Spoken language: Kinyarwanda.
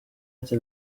ati